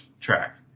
track